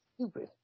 stupid